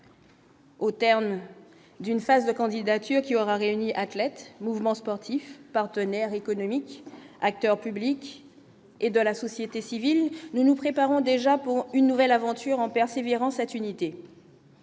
Au terme d'une phase de candidature qui aura réuni athlètes mouvement sportif partenaire économique acteurs publics et de la société civile, nous nous préparons déjà pour une nouvelle aventure en persévérant, cette unité.